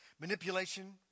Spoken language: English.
Manipulation